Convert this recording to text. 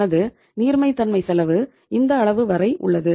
எனது நீர்மைத்தமை செலவு இந்த அளவு வரை உள்ளது